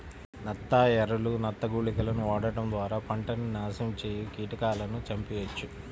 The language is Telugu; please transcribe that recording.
నత్త ఎరలు, నత్త గుళికలను వాడటం ద్వారా పంటని నాశనం కీటకాలను చంపెయ్యొచ్చు